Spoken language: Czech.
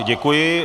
Děkuji.